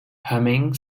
humming